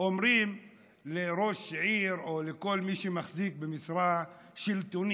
שאומרים לראש עיר או לכל מי שמחזיק במשרה שלטונית.